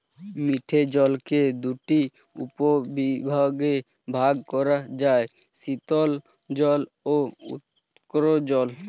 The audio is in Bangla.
মিঠে জলকে দুটি উপবিভাগে ভাগ করা যায়, শীতল জল ও উষ্ঞ জল